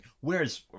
whereas